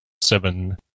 seven